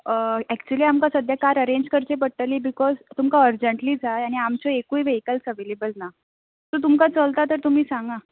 actually आमकां सद्याक car arrange करची पडटली बिकोज तुमका अर्जंटली जाय आनी आमचे एकूय वेहिकल अवेलेबल ना सो तुमकां चलता तर तुमी सांगा